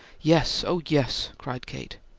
yes! oh, yes! cried kate.